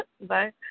Bye